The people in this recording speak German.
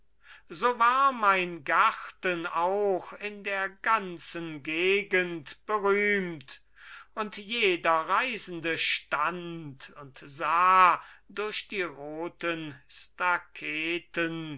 so war mein garten auch in der ganzen gegend berühmt und jeder reisende stand und sah durch die roten